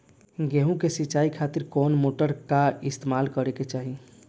गेहूं के सिंचाई खातिर कौन मोटर का इस्तेमाल करे के चाहीं?